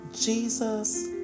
Jesus